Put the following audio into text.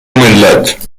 ملت